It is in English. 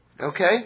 Okay